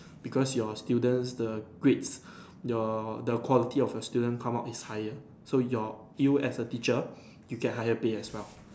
because your students the grades your the quality of your student come out is higher so your you as a teacher you get higher pay as well